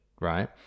right